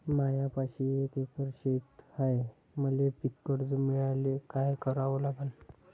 मायापाशी एक एकर शेत हाये, मले पीककर्ज मिळायले काय करावं लागन?